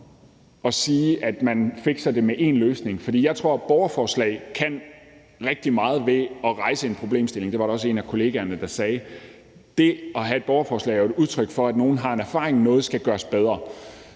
at sige, at man fikser det med én løsning. Jeg tror, at borgerforslag kan rigtig meget ved at rejse en problemstilling. Det var der også en af kollegerne der sagde. Det at have et borgerforslag er jo et udtryk for, at nogen har en erfaring, og at noget skal gøres bedre,